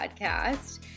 podcast